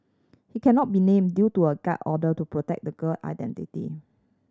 he cannot be named due to a gag order to protect the girl identity